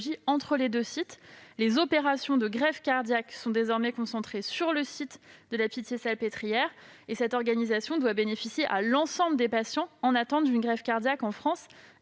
entre les deux sites. Les opérations de greffe cardiaque sont désormais concentrées sur le site de La Pitié-Salpêtrière. Cette organisation doit bénéficier à l'ensemble des patients en attente d'une greffe cardiaque en France,